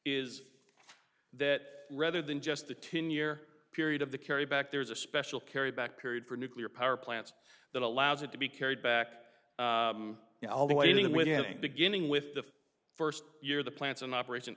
is that rather than just the ten year period of the carry back there's a special carry back period for nuclear power plants that allows it to be carried back i'll be waiting with him beginning with the first year the plants in operation